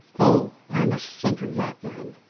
oh, i must think of that then.